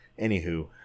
Anywho